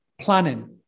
planning